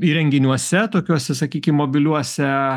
įrenginiuose tokiuose sakykim mobiliuose